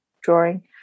drawing